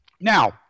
Now